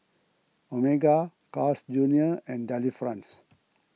Omega Carl's Junior and Delifrance